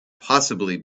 possibly